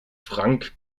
frank